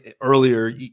earlier